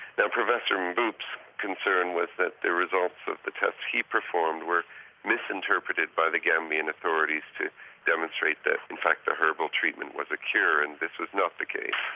now professor mboup's concern was that the results of the tests he performed were misinterpreted by the gambian authorities to demonstrate that in fact the herbal treatment was a cure and this was not the case.